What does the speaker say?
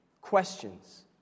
questions